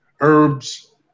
herbs